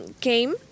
came